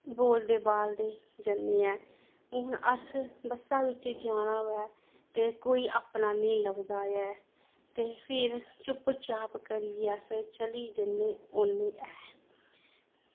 बोलदे बालदे जन्ने आं हून अस बस्सा बिच्च जाना होऐ ते कोई अपना निं लभदा ऐ ते फिर चुप्प चाप करियै अस चली जन्ने होन्ने ऐ